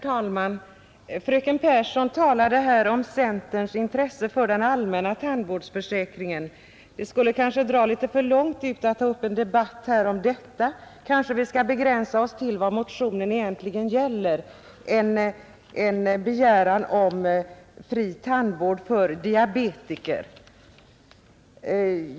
Herr talman! Fröken Pehrsson talade här om centerns intresse för den allmänna tandvårdsförsäkringen. Det skulle väl dra för långt ut att ta upp en debatt om detta. Kanske vi skall begränsa oss till vad hennes motion egentligen gäller: en begäran om fri tandvård för diabetiker.